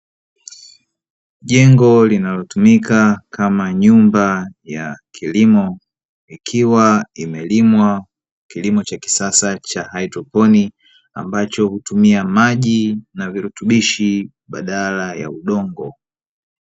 Jengo linalotumika kama nyumba ya kilimo ikiwa imelimwa kilimo cha kisasa cha haidroponi, ambacho hutumia maji na virutubishi badala ya udongo.